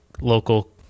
local